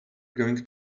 going